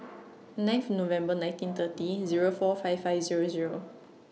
ninth November nineteen thirty Zero four five five Zero Zero